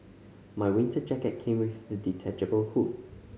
my winter jacket came with a detachable hood